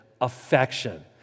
affection